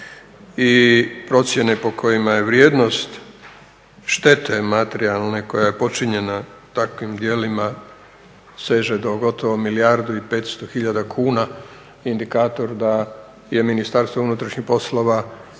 i procjene po kojima je vrijednost štete materijalne koja je počinjena takvim djelima seže do gotovo do milijardu i 500 tisuća kuna, indikator da je Ministarstvo unutrašnjih poslova